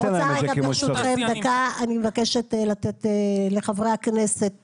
אני מבקשת לתת לחברי הכנסת